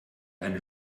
eine